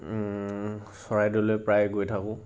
চৰাইদেউলৈ প্ৰায় গৈ থাকোঁ